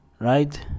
right